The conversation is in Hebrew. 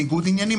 ניגוד עניינים,